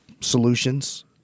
solutions